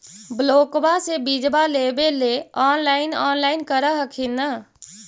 ब्लोक्बा से बिजबा लेबेले ऑनलाइन ऑनलाईन कर हखिन न?